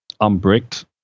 unbricked